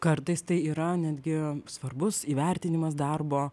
kartais tai yra netgi svarbus įvertinimas darbo